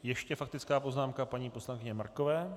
Ještě faktická poznámka paní poslankyně Markové.